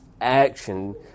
Action